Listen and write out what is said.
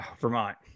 Vermont